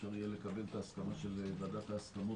אפשר יהיה לקבל את ההסכמה של ועדת ההסכמות